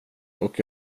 och